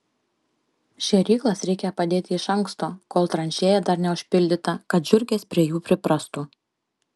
šėryklas reikia padėti iš anksto kol tranšėja dar neužpildyta kad žiurkės prie jų priprastų